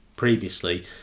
Previously